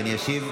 שאני אשיב?